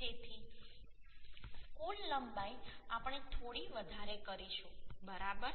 તેથી કુલ લંબાઈ આપણે થોડી વધારે કરીશું બરાબર